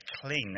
clean